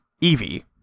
Evie